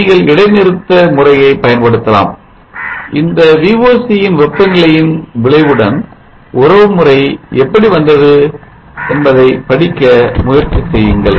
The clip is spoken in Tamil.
நீங்கள் இடைநிறுத்த முறையை பயன்படுத்தலாம் இந்த Voc ன் வெப்பநிலையின் விளைவுடன் உறவுமுறை எப்படி வந்தது என்பதை படிக்க முயற்சி செய்யுங்கள்